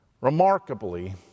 Remarkably